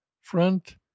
Front